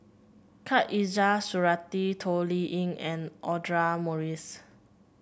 Khatijah Surattee Toh Liying and Audra Morrice